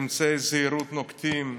אמצעי זהירות באמת נוקטים.